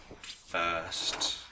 first